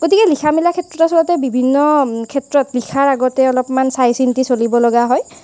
গতিকে লিখা মেলাৰ ক্ষেত্ৰত আচলতে বিভিন্ন ক্ষেত্ৰত লিখাৰ আগতে অলপমান চাই চিতি চলিবলগীয়া হয়